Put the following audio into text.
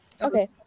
Okay